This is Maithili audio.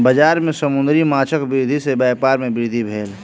बजार में समुद्री माँछक वृद्धि सॅ व्यापार में वृद्धि भेल